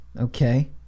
Okay